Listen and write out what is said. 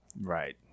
Right